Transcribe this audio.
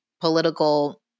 political